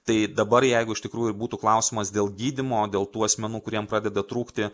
tai dabar jeigu iš tikrųjų būtų klausimas dėl gydymo dėl tų asmenų kuriem pradeda trūkti